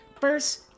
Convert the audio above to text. First